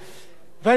ואני יכול להמשיך.